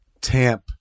tamp